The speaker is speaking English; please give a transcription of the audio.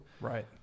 Right